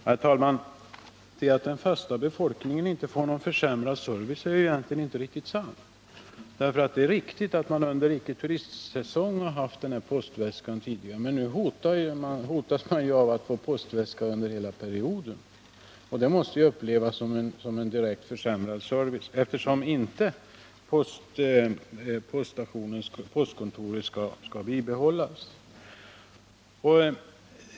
Herr talman! Att den bofasta befolkningen inte får försämrad service är egentligen inte riktigt sant. Det är visserligen riktigt att man under icke turistsäsong har haft postväska tidigare. Men nu hotas man ju av att få postväska under hela perioden. Det måste upplevas som en direkt försärhrad service, eftersom postkontoret inte skall bibehållas.